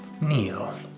kneel